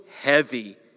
heavy